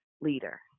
leader